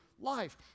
life